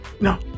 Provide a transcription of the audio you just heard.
No